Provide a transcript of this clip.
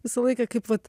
visą laiką kaip vat